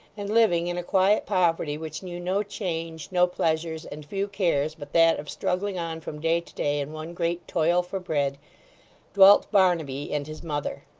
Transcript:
and living in a quiet poverty which knew no change, no pleasures, and few cares but that of struggling on from day to day in one great toil for bread dwelt barnaby and his mother.